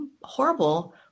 horrible